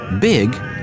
Big